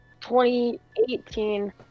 2018